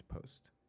post